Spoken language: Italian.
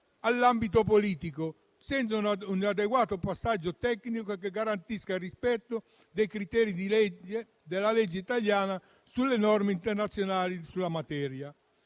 all'ambito politico, senza un adeguato passaggio tecnico che garantisca il rispetto dei criteri della legge italiana sulle norme internazionali in materia.